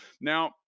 Now